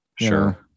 sure